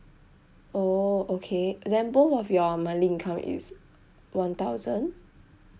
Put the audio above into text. oh okay then both of your monthly income is one thousand